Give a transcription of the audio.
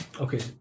Okay